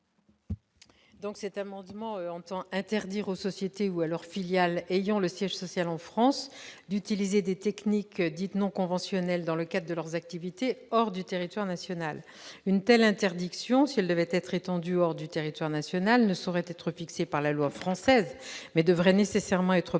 ? Cet amendement tend à interdire aux sociétés ou à leurs filiales ayant leur siège social en France d'utiliser des techniques dites non conventionnelles dans le cadre de leurs activités hors du territoire national. Une telle interdiction, si elle devait être étendue hors des frontières nationales, ne saurait être fixée par la loi française, mais devrait nécessairement être arrêtée